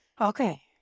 Okay